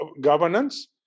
governance